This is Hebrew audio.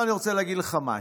עכשיו, אני רוצה להגיד לך משהו,